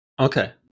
Okay